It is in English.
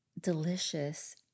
delicious